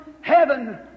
heaven